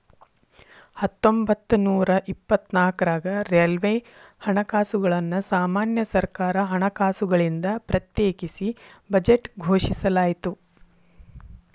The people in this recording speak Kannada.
ಹತ್ತೊಂಬತ್ತನೂರ ಇಪ್ಪತ್ನಾಕ್ರಾಗ ರೈಲ್ವೆ ಹಣಕಾಸುಗಳನ್ನ ಸಾಮಾನ್ಯ ಸರ್ಕಾರ ಹಣಕಾಸುಗಳಿಂದ ಪ್ರತ್ಯೇಕಿಸಿ ಬಜೆಟ್ ಘೋಷಿಸಲಾಯ್ತ